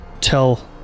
tell